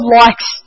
likes